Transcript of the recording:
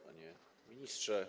Panie Ministrze!